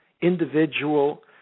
individual